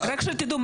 רק שתדעו,